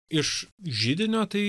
iš židinio tai